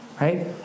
right